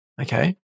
okay